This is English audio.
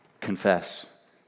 confess